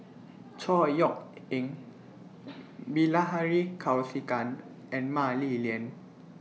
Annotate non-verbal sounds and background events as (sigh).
(noise) Chor Yeok Eng (noise) Bilahari Kausikan and Mah Li Lian